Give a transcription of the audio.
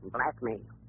Blackmail